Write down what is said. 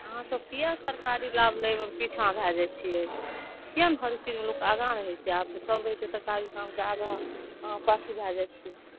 अहाँ सब किए सरकारी लाभ लैमे पिछाँ भए जाइ छियै किया नहि हर चीजमे लोक आगाँ रहै छै आब तऽ सब रहै छै सरकारी कामके आगाँ अहाँ पाछु भए जाइ छियै